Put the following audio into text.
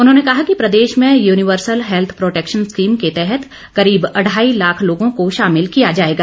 उन्होंने कहा कि प्रदेश यूनिवर्सल हेत्थ प्रोटेक्शन स्कीम के तहत करीब अढाई लाख लोगों को शामिल किया जाएगा